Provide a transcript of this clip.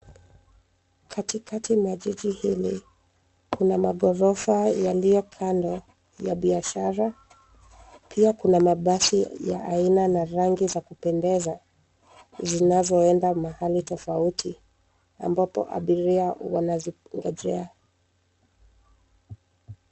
Katikati mwa jiji hili, kuna maghorofa yalio kando, ya biashara, pia kuna mabasi ya aina, na rangi za kupendeza, zinazoenda mahali tofauti, ambapo abiria wanazingojea.